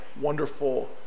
wonderful